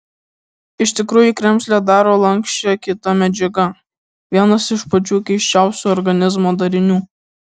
iš tikrųjų kremzlę daro lanksčią kita medžiaga vienas iš pačių keisčiausių organizmo darinių